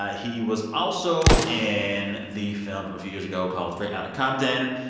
ah he was also in the film from a few years ago called straight outta compton.